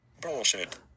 Bullshit